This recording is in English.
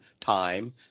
time